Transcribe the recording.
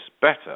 better